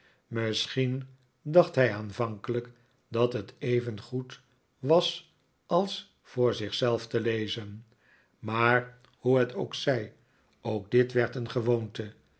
misschien dacht hij aanvankelijk dat het evengoed was als voor zich zelf te lezen maar hoe het ook zij ook dit werd een gewoonte